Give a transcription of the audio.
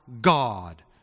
God